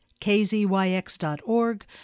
kzyx.org